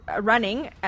running